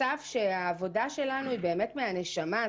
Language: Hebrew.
העבודה שלנו היא מהנשמה.